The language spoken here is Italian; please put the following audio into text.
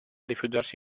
rifugiarsi